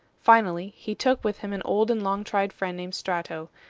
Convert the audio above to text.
finally, he took with him an old and long-tried friend named strato,